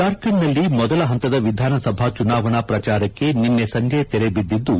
ಜಾರ್ಖಂಡ್ನಲ್ಲಿ ಮೊದಲ ಹಂತದ ವಿಧಾನಸಭಾ ಚುನಾವಣಾ ಪ್ರಚಾರಕ್ಷೆ ನಿನ್ನೆ ಸಂಜೆ ತೆರೆಬಿದಿದ್ದು